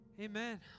Amen